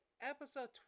episode